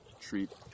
Treat